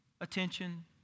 attention